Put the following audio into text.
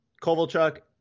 Kovalchuk